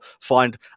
find